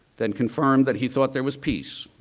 then confirmed that he thought there was peace,